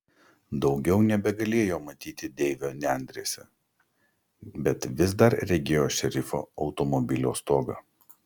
daugiau nebegalėjo matyti deivio nendrėse bet vis dar regėjo šerifo automobilio stogą